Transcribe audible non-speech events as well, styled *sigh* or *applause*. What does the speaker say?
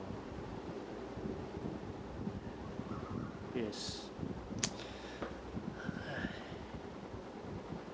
yes *noise* *breath*